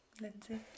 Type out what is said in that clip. Lindsay